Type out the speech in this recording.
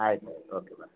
ಆಯ್ತು ಓಕೆ ಬಾಯ್